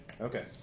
Okay